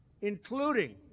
including